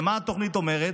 מה התוכנית אומרת?